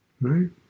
Right